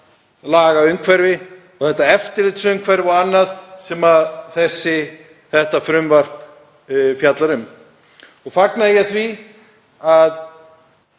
lagaumhverfi og þetta eftirlitsumhverfi og annað sem þetta frumvarp fjallar um. Ég fagna því að